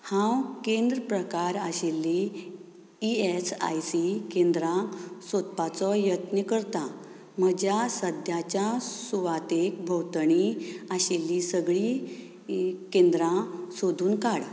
हांव केंद्र प्रकार आशिल्लीं ईएसआयसी केंद्रां सोदपाचो यत्न करतां म्हज्या सद्याच्या सुवाते भोंवतणी आशिल्लीं सगळीं केंद्रां सोदून काड